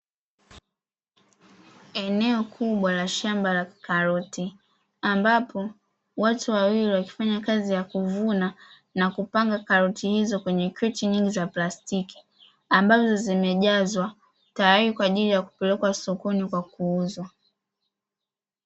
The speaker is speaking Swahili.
Eneo kubwa la shamba la karoti ambapo watu wawili, wakifanya kazi ya kuvuna na kupanga karoti hizo kwenye kreti nyingi za plastiki ambazo zimejazwa tayari kwa ajili ya kupelekwa sokoni kuuzwa.